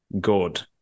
good